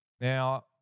Now